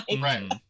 Right